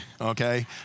okay